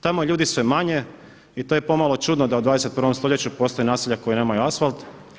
Tamo je ljudi sve manje i to je pomalo čudno da u 21. stoljeću postoje naselja koja nemaju asvalt.